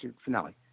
Finale